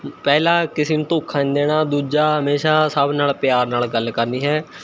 ਪਹਿਲਾ ਕਿਸੇ ਨੂੰ ਧੋਖਾ ਨਹੀਂ ਦੇਣਾ ਦੂਜਾ ਹਮੇਸ਼ਾ ਸਭ ਨਾਲ਼ ਪਿਆਰ ਨਾਲ਼ ਗੱਲ ਕਰਨੀ ਹੈ